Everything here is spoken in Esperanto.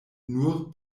nur